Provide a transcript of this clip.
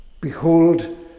Behold